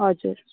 हजुर